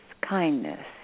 kindness